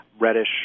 reddish